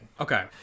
Okay